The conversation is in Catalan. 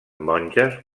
monges